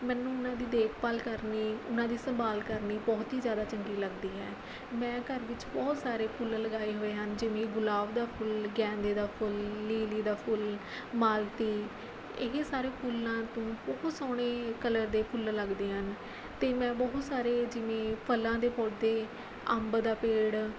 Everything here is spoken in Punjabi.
ਮੈਨੂੰ ਉਹਨਾਂ ਦੀ ਦੇਖਭਾਲ ਕਰਨੀ ਉਹਨਾਂ ਦੀ ਸੰਭਾਲ ਕਰਨੀ ਬਹੁਤ ਹੀ ਜ਼ਿਆਦਾ ਚੰਗੀ ਲੱਗਦੀ ਹੈ ਮੈਂ ਘਰ ਵਿੱਚ ਬਹੁਤ ਸਾਰੇ ਫੁੱਲ ਲਗਾਏ ਹੋਏ ਹਨ ਜਿਵੇਂ ਗੁਲਾਬ ਦਾ ਫੁੱਲ ਗੈਂਦੇ ਦਾ ਫੁੱਲ ਲੀਲੀ ਦਾ ਫੁੱਲ ਮਾਲਤੀ ਇਹ ਸਾਰੇ ਫੁੱਲਾਂ ਤੋਂ ਬਹੁਤ ਸੋਹਣੇ ਕਲਰ ਦੇ ਫੁੱਲ ਲੱਗਦੇ ਹਨ ਅਤੇ ਮੈਂ ਬਹੁਤ ਸਾਰੇ ਜਿਵੇਂ ਫਲਾਂ ਦੇ ਪੌਦੇ ਅੰਬ ਦਾ ਪੇੜ